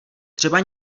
třeba